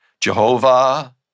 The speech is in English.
Jehovah